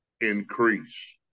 increase